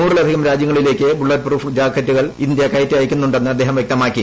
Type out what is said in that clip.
നൂറിലധികം രാജ്യങ്ങളിലേക്ക് bullet proof ജാക്കറ്റുകൾ ഇന്ത്യ കയറ്റി അയയ്ക്കുന്നുണ്ടെന്ന് അദ്ദേഹം വൃക്തമാക്കി